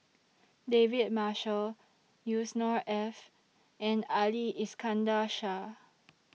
David Marshall Yusnor Ef and Ali Iskandar Shah